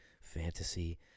fantasy